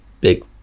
big